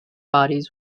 bodies